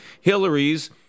Hillary's